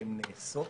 כשהן נעשות,